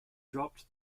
dropped